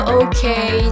okay